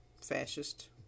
fascist